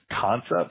concepts